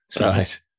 Right